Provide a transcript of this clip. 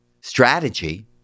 strategy